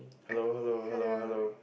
hello hello hello hello